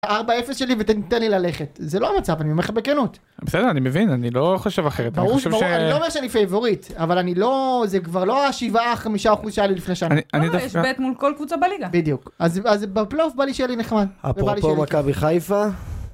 ארבע אפס שלי ותתן לי ללכת זה לא המצב, אני אומר לך בכנות. בסדר אני מבין אני לא חושב אחרת ברור. אני לא אומר שאני פייבוריט אבל אני לא, זה כבר לא השבעה חמישה אחוז שהיה לי לפני שנה. לא, יש בית מול כל קבוצה בליגה. בדיוק. אז בפלייאוף בא לי שיהיה לי נחמד. אפרופו מכבי חיפה